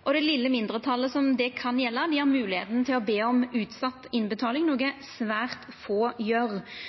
og det vesle mindretalet det kan gjelda, har moglegheit til å be om utsett innbetaling, noko